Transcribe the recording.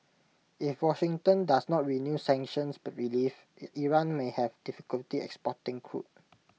if Washington does not renew sanctions but relief Iran may have difficulty exporting crude